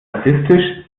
rassistisch